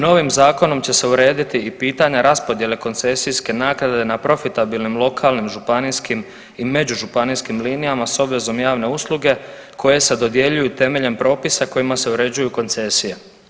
Novim zakonom će se urediti i pitanja raspodjele koncesijske naknade na profitabilnim lokalnim, županijskim i međužupanijskim linijama s obvezom javne usluge koje se dodjeljuju temeljem propisa kojima se uređuje koncesija.